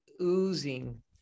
oozing